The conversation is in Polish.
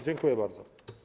Dziękuję bardzo.